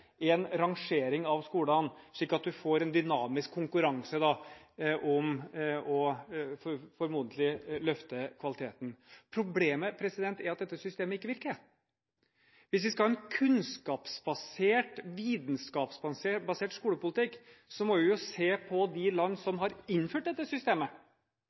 en rangering av skolene, slik at en får en dynamisk konkurranse om formodentlig å løfte kvaliteten. Problemet er at dette systemet ikke virker. Hvis vi skal ha en kunnskapsbasert, vitenskapsbasert skolepolitikk, må vi se på de land som har innført dette systemet.